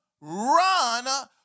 run